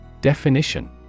Definition